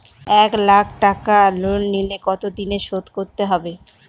এক লাখ টাকা লোন নিলে কতদিনে শোধ করতে হবে?